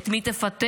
את מי תפטר.